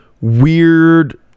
weird